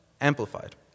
amplified